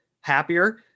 happier